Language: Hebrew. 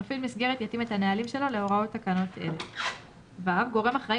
מפעיל מסגרת יתאים את הנהלים שלו להוראות תקנות אלה; גורם אחראי